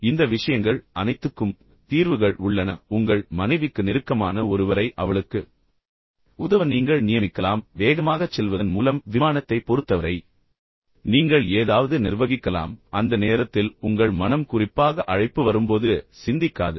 எனவே இந்த விஷயங்கள் அனைத்துக்கும் தீர்வுகள் உள்ளன எடுத்துக்காட்டாக உங்கள் மனைவிக்கு நெருக்கமான ஒருவரை அவளுக்கு உதவ நீங்கள் நியமிக்கலாம் வேகமாகச் செல்வதன் மூலம் விமானத்தைப் பொறுத்தவரை நீங்கள் ஏதாவது நிர்வகிக்கலாம் ஆனால் அந்த நேரத்தில் உங்கள் மனம் குறிப்பாக அழைப்பு வரும்போது சிந்திக்காது